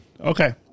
Okay